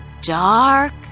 dark